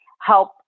help